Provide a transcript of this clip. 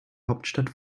hauptstadt